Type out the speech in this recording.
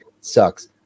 sucks